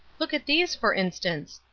look at these, for instance.